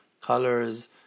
colors